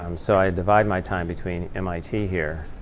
um so i divide my time between mit here